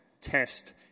test